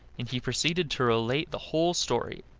and he proceeded to relate the whole story,